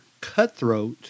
cutthroat